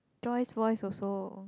Joyce voice also